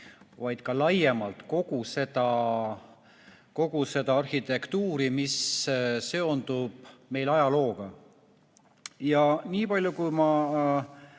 vaid käsitleb laiemalt kogu seda arhitektuuri, mis seondub meil ajalooga. Nii palju, kui mulle